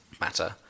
matter